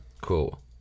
Cool